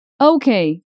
Okay